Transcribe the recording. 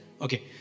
Okay